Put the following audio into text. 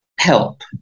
help